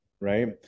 right